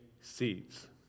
seeds